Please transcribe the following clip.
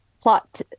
plot